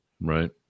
Right